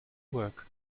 work